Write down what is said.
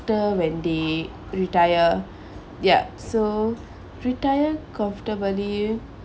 after when they retire ya so retire comfortably